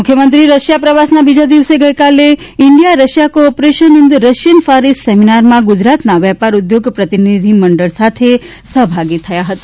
મુખ્યમંત્રી રશિયા પ્રવાસના બીજા દિવસે ગઇકાલે India Russia cooperation in the Russian far east સેમિનારમાં ગુજરાતના વેપાર ઉદ્યોગ પ્રતિનિધિમંડળ સાથે સહભાગી થયા હતા